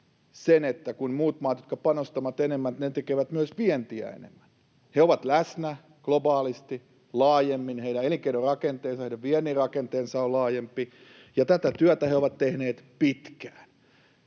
kun muut maat, jotka panostavat enemmän, tekevät myös vientiä enemmän, he ovat läsnä globaalisti laajemmin, heidän elinkeinorakenteensa ja heidän viennin rakenteensa ovat laajempia ja tätä työtä he ovat tehneet pitkään